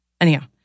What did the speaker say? anyhow